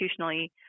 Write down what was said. institutionally